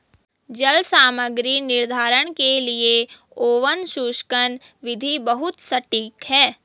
जल सामग्री निर्धारण के लिए ओवन शुष्कन विधि बहुत सटीक है